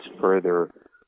further